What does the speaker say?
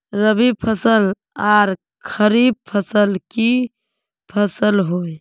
रवि फसल आर खरीफ फसल की फसल होय?